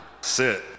Sit